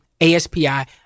ASPI